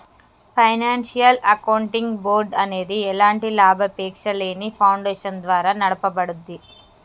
financial accounting board అనేది ఎలాంటి లాభాపేక్షలేని ఫౌండేషన్ ద్వారా నడపబడుద్ది